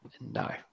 No